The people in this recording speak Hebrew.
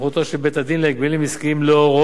של בית-הדין להגבלים עסקיים להורות